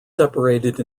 separated